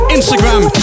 Instagram